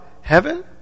heaven